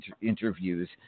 interviews